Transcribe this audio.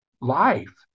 life